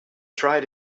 tried